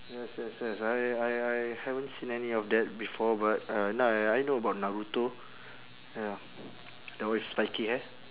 yes yes yes I I I haven't seen any of that before but uh n~ I know about naruto ya the one with spiky hair